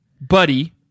Buddy